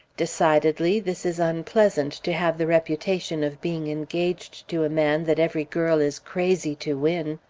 decidedly, this is unpleasant to have the reputation of being engaged to a man that every girl is crazy to win!